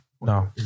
no